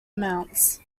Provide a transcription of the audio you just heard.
amounts